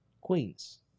queens